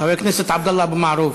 חבר הכנסת עבדאללה אבו מערוף.